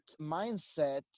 mindset